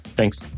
Thanks